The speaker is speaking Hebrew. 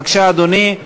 בבקשה, אדוני.